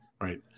right